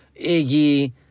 Iggy